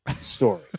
story